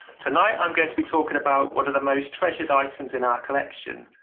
tonight i'm going to be talking about one of the most treasured items in our collection,